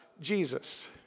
Jesus